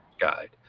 guide